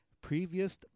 previous